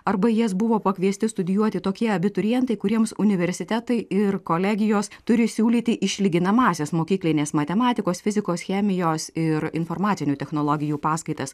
arba į jas buvo pakviesti studijuoti tokie abiturientai kuriems universitetai ir kolegijos turi siūlyti išlyginamąsias mokyklinės matematikos fizikos chemijos ir informacinių technologijų paskaitas